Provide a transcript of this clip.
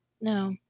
No